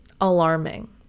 alarming